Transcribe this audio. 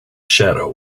shadow